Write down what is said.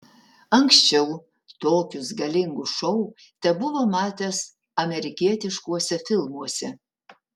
anksčiau tokius galingus šou tebuvo matęs amerikietiškuose filmuose